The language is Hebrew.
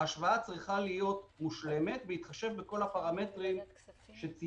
ההשוואה צריכה להיות בהתחשב בכל הפרמטרים שציינתי.